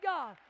God